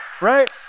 right